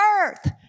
earth